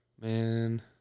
Man